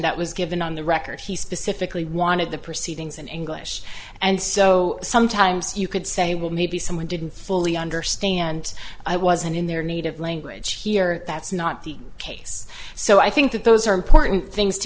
that was given on the record he specifically wanted the proceedings in english and so sometimes you could say well maybe someone didn't fully understand i wasn't in their native language here that's not the case so i think that those are important things to